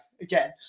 again